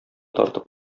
тартып